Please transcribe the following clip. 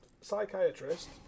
psychiatrist